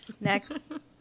next